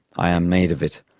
i am made of it.